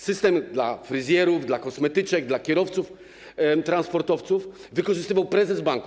System dla fryzjerów, dla kosmetyczek, dla kierowców transportowców wykorzystywał prezes banku.